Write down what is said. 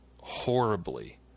horribly